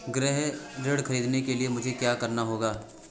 गृह ऋण ख़रीदने के लिए मुझे क्या करना होगा?